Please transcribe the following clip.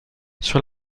sur